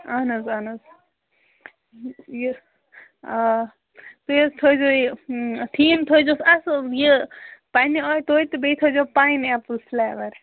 اَہَن حظ اہَن حظ یہِ آ تُہۍ حظ تھٲۍ زیو یہِ تھیٖم تھٲۍ زیوس اَصٕل یہِ پَننہِ آیہِ توتہِ تہٕ بیٚیہِ تھٲۍ زییو پاین ایٚپٕل فٕلیور